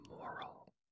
moral